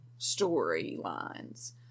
storylines